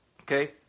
okay